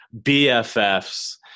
BFFs